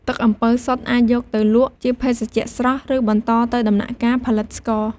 ទឹកអំពៅសុទ្ធអាចយកទៅលក់ជាភេសជ្ជៈស្រស់ ឬបន្តទៅដំណាក់កាលផលិតស្ករ។